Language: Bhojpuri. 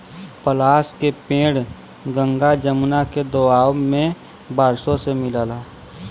पलाश के पेड़ गंगा जमुना के दोआब में बारिशों से मिलला